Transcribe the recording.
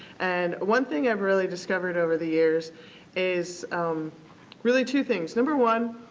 and, one thing i've really discovered over the years is really two things. number one,